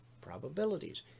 probabilities